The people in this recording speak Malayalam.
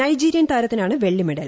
നൈജീരിയൻ താരത്തിനാണ് വെള്ളി മെഡൽ